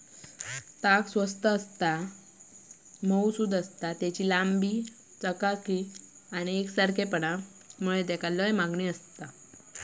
ताग स्वस्त आसता, मऊसुद आसता, तेची लांबी, चकाकी आणि एकसारखेपणा मुळे तेका लय मागणी आसता